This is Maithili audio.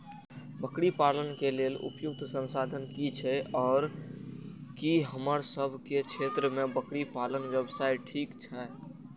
बकरी पालन के लेल उपयुक्त संसाधन की छै आर की हमर सब के क्षेत्र में बकरी पालन व्यवसाय ठीक छै?